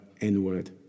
N-word